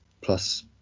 plus